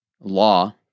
law